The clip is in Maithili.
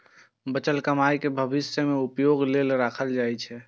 बचल कमाइ कें भविष्य मे उपयोग लेल राखल जाइ छै